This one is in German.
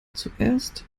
zuerst